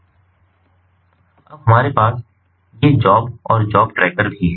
अब हमारे पास ये जॉब और जॉब ट्रैकर भी हैं